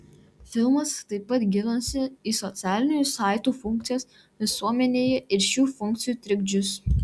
filmas taip pat gilinasi į socialinių saitų funkcijas visuomenėje ir šių funkcijų trikdžius